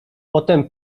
potem